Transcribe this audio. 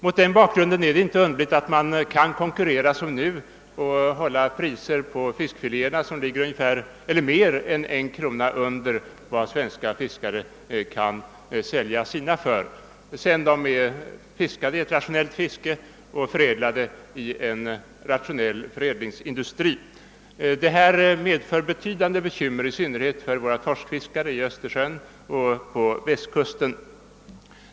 Mot denna bakgrund är det inte underligt att norrmännen kan konkurrera på det sätt som de nu gör och hålla priser på fiskfiléerna som ligger mer än en krona per kilo under vad våra svenska fiskare kan sälja sina fiskfiléer för — trots att de svenska fångsterna har gjorts i ett rationellt fiske och förädlats i rationella förädlingsindustrier. Vad jag här anfört medför betydande bekymmer för våra fiskare, i synnerhet för torskfiskarna i Östersjön och på västkusten.